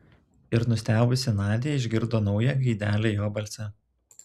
ir nustebusi nadia išgirdo naują gaidelę jo balse